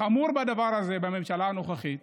החמור בממשלה הנוכחית,